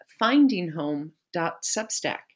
FindingHome.Substack